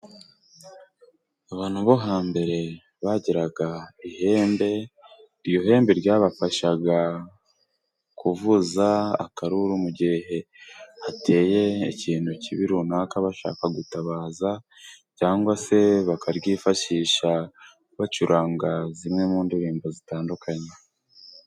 Abantu bo hambere bageraga ihembe. Iryo hembe ryabafashaga kuvuza akaruru mu gihe hateye ikintu kibi runaka bashaka gutabaza cyangwa se bakaryifashisha bacuranga zimwe mu ndirimbo zitandukanye.